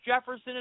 Jefferson